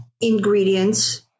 ingredients